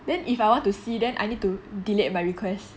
then if I want to see then I need to delete my request